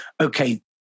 okay